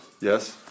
Yes